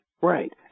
Right